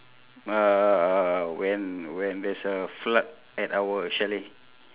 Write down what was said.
uh when when there's a flood at our chalet